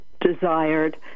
desired